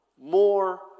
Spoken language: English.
More